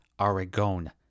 Aragon